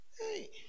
Hey